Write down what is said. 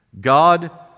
God